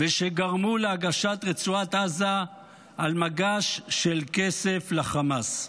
ושגרמו להגשת רצועת עזה על מגש של כסף לחמאס.